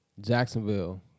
Jacksonville